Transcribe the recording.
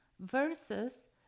versus